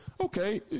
okay